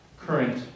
current